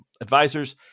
advisors